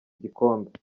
igikombe